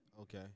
Okay